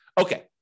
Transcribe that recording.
Okay